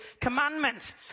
commandments